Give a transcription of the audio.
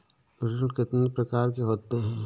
ऋण कितनी प्रकार के होते हैं?